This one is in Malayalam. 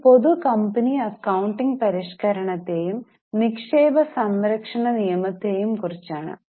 ഇത് പൊതു കമ്പനി അക്കൌണ്ടിംഗ് പരിഷ്കരണത്തെയും നിക്ഷേപ സംരക്ഷണ നിയമത്തെയും കുറിച്ചാണ്